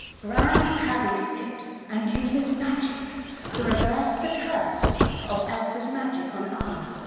grand pabbie sits and uses magic to reverse the curse of elsa's magic on anna.